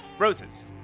roses